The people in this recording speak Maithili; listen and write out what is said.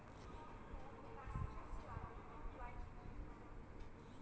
अंकुरण क्रिया मे जल, वायु आ सही तापमानक होयब आवश्यक होइत अछि